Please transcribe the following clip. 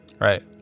right